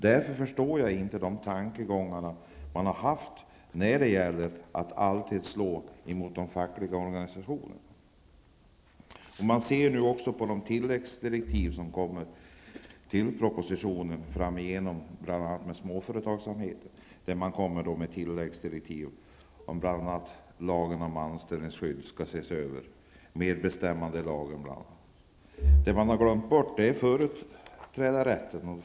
Jag förstår därför inte de tankegångar som de borgerliga har haft när det gäller att alltid slå mot de fackliga organisationerna. småföretagsamhet framgår det att bl.a. lagen om anställningsskydd och medbestämmandelagen skall ses över. Det som man har glömt bort är företrädarrätten.